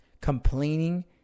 complaining